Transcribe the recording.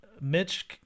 Mitch